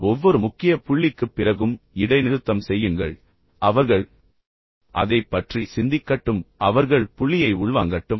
ஒவ்வொரு முக்கிய புள்ளிக்குப் பிறகும் இடைநிறுத்தம் செய்யுங்கள் நீங்கள் நினைக்கும் போது ஒரு இடைநிறுத்தத்தை கொடுக்கிறீர்கள் அவர்கள் அதைப் பற்றி சிந்திக்கட்டும் அவர்கள் புள்ளியை உள்வாங்கட்டும்